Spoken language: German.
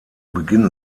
beginn